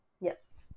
Yes